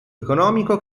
economico